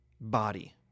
body